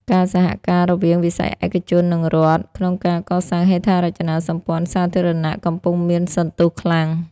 ការសហការរវាង វិស័យឯកជន និងរដ្ឋ ក្នុងការកសាងហេដ្ឋារចនាសម្ព័ន្ធសាធារណៈ កំពុងមានសន្ទុះខ្លាំង។